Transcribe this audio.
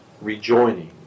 rejoining